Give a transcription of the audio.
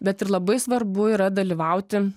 bet ir labai svarbu yra dalyvauti